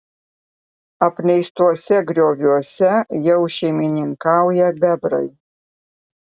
apleistuose grioviuose jau šeimininkauja bebrai